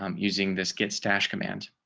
um using this gets dash command.